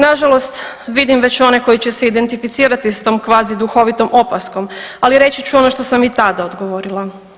Nažalost vidim već one koji će identificirati s tom kvaziduhovitom opaskom, ali reći ću ono što sam i tada odgovorila.